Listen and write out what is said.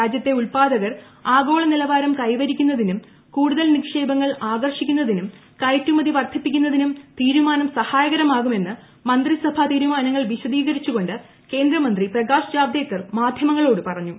രാജ്യത്തെ ഉൽപ്പാദകർ ആഗോള നിലവാരം കൈവരിക്കുന്നതിനും കൈവരിക്കുന്നതിനും കൂടുതൽ നിക്ഷേപങ്ങൾ ആകർഷിക്കുന്നതിനും കയറ്റുമതി വർധിപ്പിക്കുന്നതിനും തീരുമാനം സഹായകരമാകുമെന്ന് മന്ത്രിസഭാ തീരുമാനങ്ങൾ വിശദീകരിച്ചുകൊണ്ട് കേന്ദ്രമന്ത്രി പ്രകാശ് ജാവദേക്കർ മാധ്യമങ്ങളോട് പറഞ്ഞു